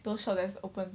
those shops that's open